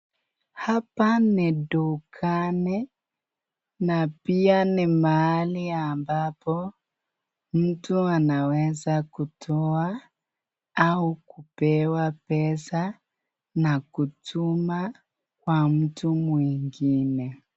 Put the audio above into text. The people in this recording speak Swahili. Hapa ni dukani na pia ni mahali ambapo mtu anaweza kutoa au kupew pesa na kutuma kwa mtu mwingine.